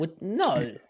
no